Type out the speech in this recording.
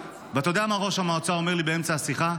ואתה יודע מה ראש המועצה אומר לי באמצע השיחה?